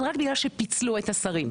אבל רק בגלל שפיצלו את השרים.